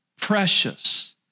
precious